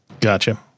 Gotcha